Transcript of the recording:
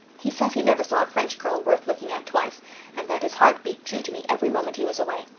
he says he never saw a french girl worth looking at twice and that his heart beat true to me every moment he was away.